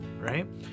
right